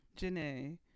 Janae